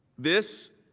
this